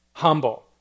humble